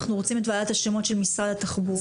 אנחנו רוצים את ועדת השמות של משרד התחבורה.